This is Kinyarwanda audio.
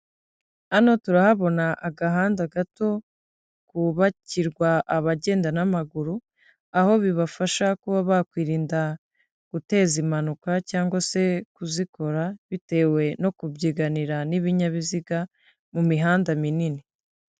Hano turahabona agahanda gato kubabakirwa abagenda n'amaguru, aho bibafasha kuba bakwirinda guteza impanuka cyangwa se kuzikora, bitewe no kubyiganira n'ibinyabiziga mu mihanda minini.